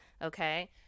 Okay